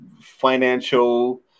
financial